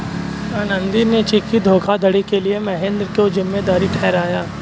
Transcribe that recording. आनंदी ने चेक की धोखाधड़ी के लिए महेंद्र को जिम्मेदार ठहराया